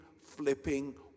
flipping